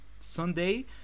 Sunday